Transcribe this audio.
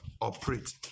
operate